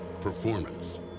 performance